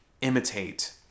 imitate